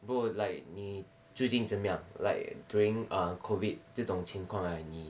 不过 like 你最近怎么样 like during err COVID 这种情况 like 你